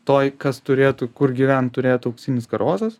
toj kas turėtų kur gyvent turėtų auksinis karosas